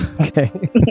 Okay